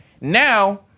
Now